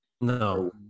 No